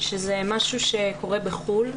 שזה משהו שקורה בחו"ל,